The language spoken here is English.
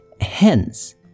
Hence